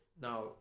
Now